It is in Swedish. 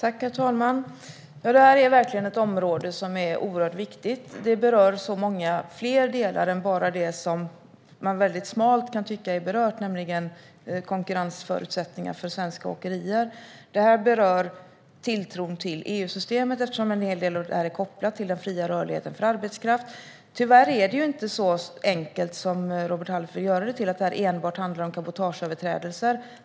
Herr talman! Det här är verkligen ett område som är oerhört viktigt. Det berör många fler delar än bara det som man kan tycka är smalt berört, nämligen konkurrensförutsättningar för svenska åkerier. Det berör tilltron till EU-systemet, eftersom en hel del är kopplat till den fria rörligheten för arbetskraft. Tyvärr är det inte så enkelt som Robert Halef vill göra det till, att det enbart handlar om cabotageöverträdelser.